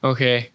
Okay